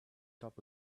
top